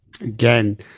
Again